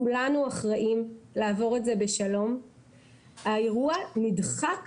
כולנו אחראים לעבור את זה בשלום האירוע נדחק